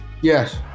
Yes